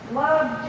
love